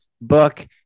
book